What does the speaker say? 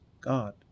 God